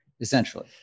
essentially